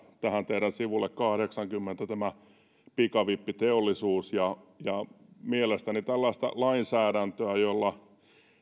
tähän teidän sivulle kahdeksankymmentä pitäisi lisätä pikavippiteollisuus mielestäni tällaista lainsäädäntöä